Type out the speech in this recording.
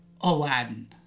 aladdin